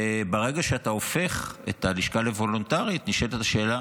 ברגע שאתה הופך את הלשכה לוולונטרית, נשאלת השאלה